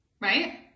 right